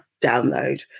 download